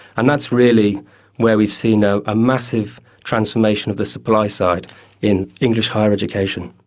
and that's really where we've seen a ah massive transformation of the supply side in english higher education.